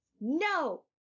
No